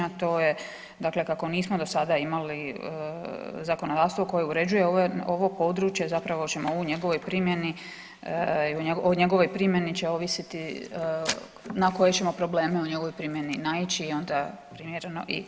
To je, dakle kako nismo do sada imali zakonodavstvo koje uređuje ovo područje zapravo ćemo u njegovoj primjeni, o njegovoj primjeni će ovisiti na koje ćemo probleme u njegovoj primjeni naići i onda primjereno i reagirati.